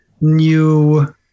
new